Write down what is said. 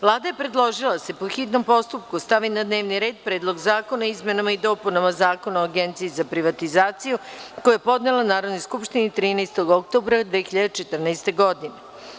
Vlada je predložila da se po hitnom postupku stavi na dnevni red Predlog zakona o izmenama i dopunama Zakona o Agenciji za privatizaciju, koji je podnela Narodnoj skupštini 13. oktobra 2014. godine.